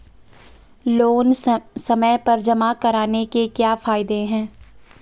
Loan समय पर जमा कराने के क्या फायदे हैं?